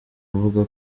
avuga